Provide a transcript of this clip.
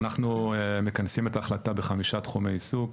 אנחנו מכנסים את ההחלטה בחמישה תחומי עיסוק: